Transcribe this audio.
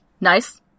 Nice